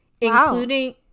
including